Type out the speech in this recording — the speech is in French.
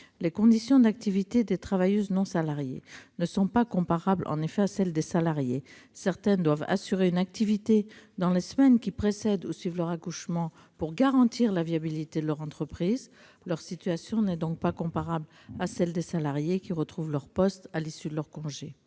Les conditions d'activité des travailleuses non salariées ne sont pas comparables, en effet, à celles des salariées. Certaines doivent assurer une activité dans les semaines qui précèdent leur accouchement pour garantir la viabilité de leur entreprise. Leur situation n'est donc pas comparable à celle des salariées, qui retrouvent leur poste à l'issue de leur congé.